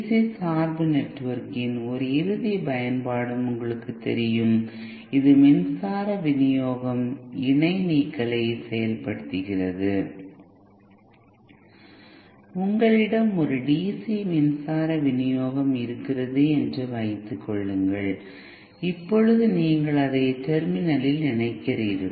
C சார்பு நெட்வொர்க்கின் ஒரு இறுதிப் பயன்பாடும் உங்களுக்குத் தெரியும் இது மின்சார வினியோகம் இணை நீக்கலை செயல்படுத்துகிறது உங்களிடம் ஒரு டிசி மின்சார விநியோகம் இருக்கிறது என்று வைத்துக்கொள்ளுங்கள் இப்பொழுது நீங்கள் அதை டெர்மினல் இல் இணைக்கிறீர்கள்